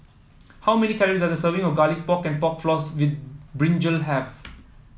how many calories does a serving of Garlic Pork and Pork Floss with brinjal have